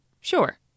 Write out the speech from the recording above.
sure